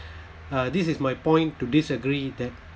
uh this is my point to disagree that